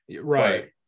Right